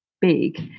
big